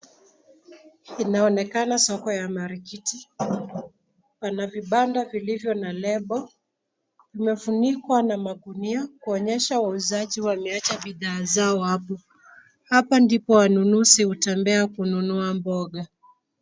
Inaonekana soko ya marikiti. Pana vibanda vilivyo na lebo. Vimefunikwa na magunia kuonyesha wauzaji wameacha bidhaa zao hapo. Hapa ndipo wanunuzi hutembea kununua mboga.